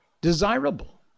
desirable